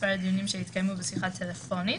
מספר הדיונים שהתקיימו בשיחה טלפונית